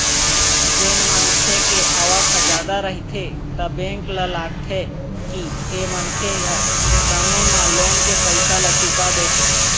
जेन मनखे के आवक ह जादा रहिथे त बेंक ल लागथे के ए मनखे ह समे म लोन के पइसा ल चुका देही